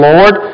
Lord